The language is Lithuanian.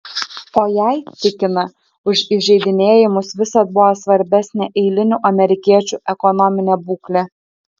o jai tikina už įžeidinėjimus visad buvo svarbesnė eilinių amerikiečių ekonominė būklė